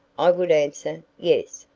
i would answer yes,